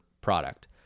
product